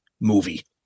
movie